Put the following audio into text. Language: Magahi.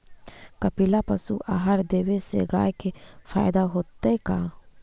कपिला पशु आहार देवे से गाय के फायदा होतै का?